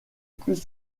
plus